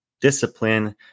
discipline